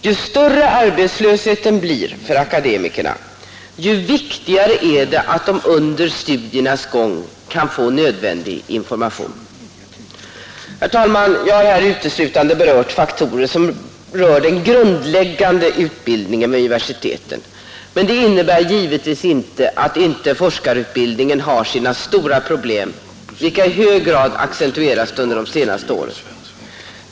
Ju större arbetslösheten blir för akademikerna, desto viktigare blir det att de under studiernas gång kan få nödvändig information. Herr talman! Jag har här uteslutande berört faktorer som rör den grundläggande utbildningen vid universiteten. Detta innebär givetvis inte att inte forskarutbildningen har sina stora problem, vilka i hög grad accentuerats under de senaste åren.